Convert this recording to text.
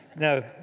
No